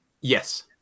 Yes